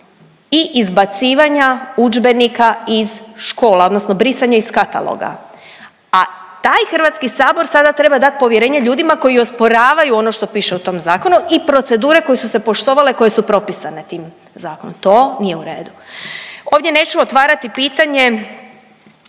i izbacivanja udžbenika iz škola odnosno brisanja iz kataloga, a taj Hrvatski sabor sada treba dat povjerenje ljudima koji osporavaju ono što piše u tom zakonu i procedure koje su se poštovale, koje su propisane tim zakonom. To nije u redu. Ovdje neću otvarati pitanje